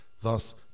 Thus